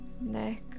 neck